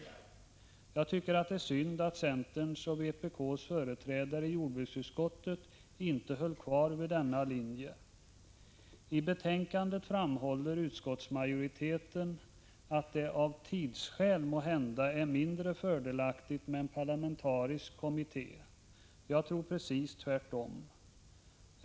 Jag tycker att det är synd att centerns och vpk:s företrädare i jordbruksutskottet inte höll fast vid denna linje. I betänkandet framhåller utskottsmajoriteten att det av tidsskäl måhända är mindre fördelaktigt med en parlamentarisk kommitté. Jag tror precis tvärtom.